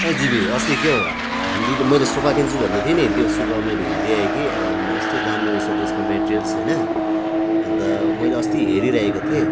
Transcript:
ओइ जिबे अस्ति क्या हो हामी दुईले मैले सोफा किन्छु भन्दै थिएँ नि त्यो सोफा मैले ल्याएँ कि आम्मै यस्तो दामी रहेछ त्यसको मेटेरियल्स होइन अन्त मैले अस्ति हेरिरहेको थिएँ